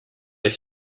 ich